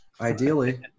Ideally